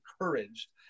encouraged